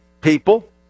people